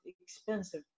expensive